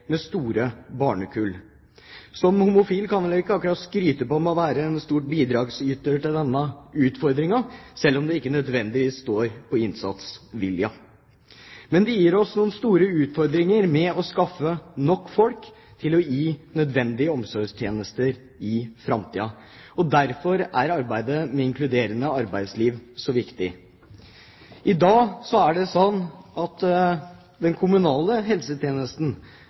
med store barnekull. Som homofil kan jeg vel ikke akkurat skryte av å være en stor bidragsyter til denne utfordringen, selv om det ikke nødvendigvis står på innsatsviljen. Dette gir oss noen store utfordringer med å skaffe nok folk til å gi nødvendige omsorgstjenester i framtida. Derfor er arbeidet med et inkluderende arbeidsliv så viktig. I dag er det slik at den kommunale helsetjenesten